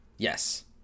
Yes